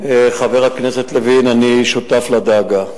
חבר הכנסת לוין, אני שותף לדאגה,